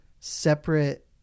separate